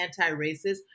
anti-racist